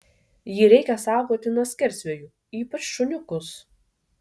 jį reikia saugoti nuo skersvėjų ypač šuniukus